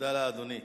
תודה לאדוני.